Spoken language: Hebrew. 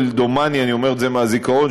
אני אומר את זה מהזיכרון,